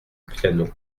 piano